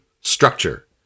structure